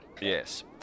Yes